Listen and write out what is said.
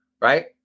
right